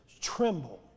tremble